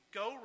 go